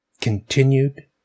Continued